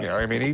i mean,